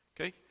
okay